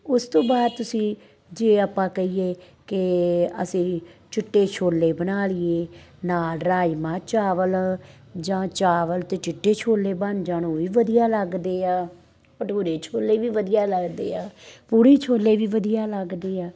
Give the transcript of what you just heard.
ਉਸ ਤੋਂ ਬਾਅਦ ਤੁਸੀਂ ਜੇ ਆਪਾਂ ਕਹੀਏ ਕਿ ਅਸੀਂ ਚਿੱਟੇ ਛੋਲੇ ਬਣਾ ਲਈਏ ਨਾਲ ਰਾਜਮਾਂਹ ਚਾਵਲ ਜਾਂ ਚਾਵਲ ਅਤੇ ਚਿੱਟੇ ਛੋਲੇ ਬਣ ਜਾਣ ਉਹ ਵੀ ਵਧੀਆ ਲੱਗਦੇ ਆ ਭਟੂਰੇ ਛੋਲੇ ਵੀ ਵਧੀਆ ਲੱਗਦੇ ਆ ਪੂੜੀ ਛੋਲੇ ਵੀ ਵਧੀਆ ਲੱਗਦੇ ਆ